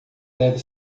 deve